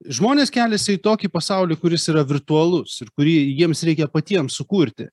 žmonės keliasi į tokį pasaulį kuris yra virtualus ir kurį jiems reikia patiems sukurti